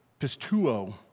pistuo